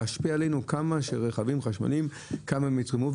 להשפיע עלינו כמה שרכבים חשמליים יתרמו,